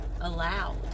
allowed